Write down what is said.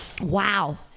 wow